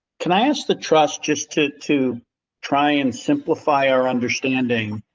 can i ask the trust just to to try and simplify our understanding.